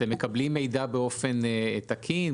אתם מקבלים מידע באופן תקין,